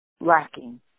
Lacking